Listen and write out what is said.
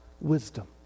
wisdom